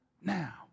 now